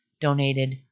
donated